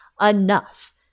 enough